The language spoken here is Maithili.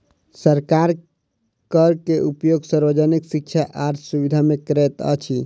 सरकार कर के उपयोग सार्वजनिक शिक्षा आर सुविधा में करैत अछि